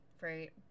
right